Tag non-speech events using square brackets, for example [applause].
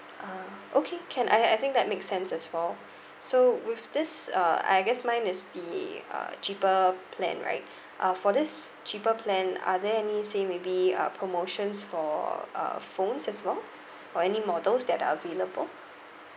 ah okay can I I think that makes sense as well [breath] so with this uh I guess mine is the uh cheaper plan right [breath] uh for this cheaper plan are there any say maybe a promotions for uh phones as well or any models that are available